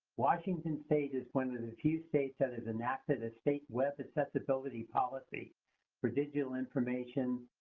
washington state is one of the few states that has enacted a state web-accessibility policy for digital information,